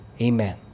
Amen